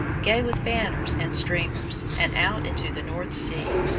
gay with banners and streamers, and out into the north sea,